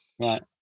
Right